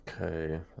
Okay